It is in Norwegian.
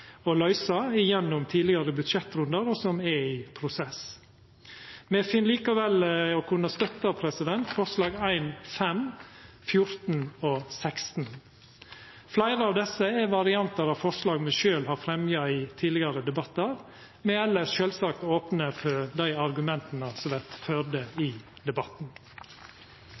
å løysa gjennom tidlegare budsjettrundar, og som er i prosess. Me finn likevel å kunna støtta forslag nr. 1, nr. 5, nr. 14 og nr. 16. Fleire av desse er variantar av forslag me sjølve har fremja i tidlegare debattar. Me er elles sjølvsagt opne for dei argumenta som vert førte i debatten.